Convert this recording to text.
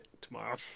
tomorrow